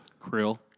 Krill